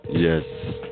Yes